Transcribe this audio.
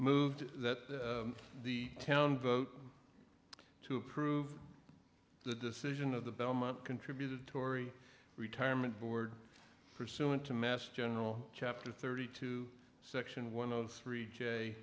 moved that the town vote to approve the decision of the belmont contributed tory retirement board pursuant to mass general chapter thirty two section one of three j